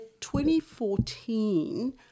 2014